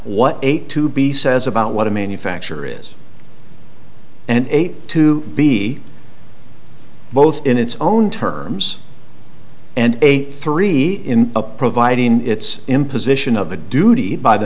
what a to b says about what a manufacturer is and eight to be both in its own terms and a three in a providing it's imposition of the duty by the